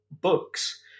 books